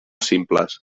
simples